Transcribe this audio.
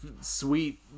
sweet